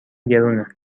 گرونه